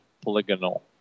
polygonal